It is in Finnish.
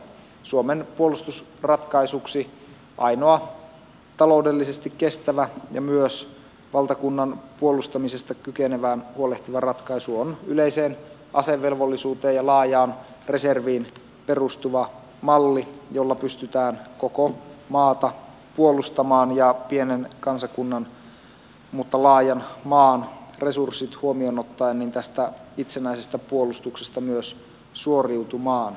suomen puolustusratkaisuksi ainoa taloudellisesti kestävä ja myös valtakunnan puolustamiseen kykenevä ratkaisu on yleiseen asevelvollisuuteen ja laajaan reserviin perustuva malli jolla pystytään koko maata puolustamaan ja pienen kansakunnan mutta laajan maan resurssit huomioon ottaen tästä itsenäisestä puolustuksesta myös suoriutumaan